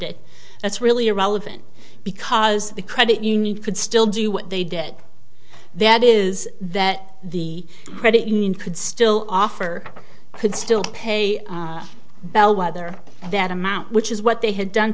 it that's really irrelevant because the credit union could still do what they did that is that the credit union could still offer could still pay bellweather that amount which is what they had done